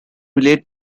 relayed